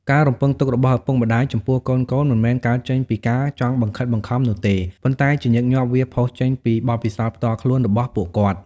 ការរំពឹងទុករបស់ឪពុកម្ដាយចំពោះកូនៗ មិនមែនកើតចេញពីការចង់បង្ខិតបង្ខំនោះទេ ប៉ុន្តែជាញឹកញាប់វាផុសចេញពី បទពិសោធន៍ផ្ទាល់ខ្លួន របស់ពួកគាត់។